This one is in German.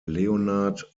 leonhard